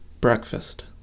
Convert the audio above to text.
breakfast